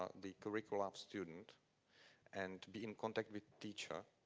ah the curricula of student and be in contact with teacher